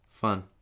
fun